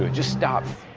just stop!